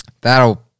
That'll